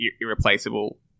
irreplaceable